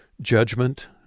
judgment